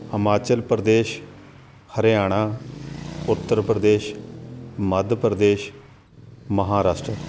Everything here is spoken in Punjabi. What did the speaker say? ਹਿਮਾਚਲ ਪ੍ਰਦੇਸ਼ ਹਰਿਆਣਾ ਉੱਤਰ ਪ੍ਰਦੇਸ਼ ਮੱਧ ਪ੍ਰਦੇਸ਼ ਮਹਾਰਾਸ਼ਟਰ